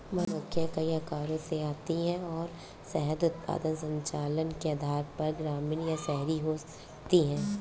मधुमक्खियां कई आकारों में आती हैं और शहद उत्पादन संचालन के आधार पर ग्रामीण या शहरी हो सकती हैं